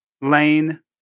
Lane